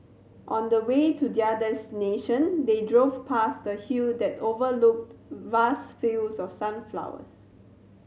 on the way to their destination they drove past a hill that overlooked vast fields of sunflowers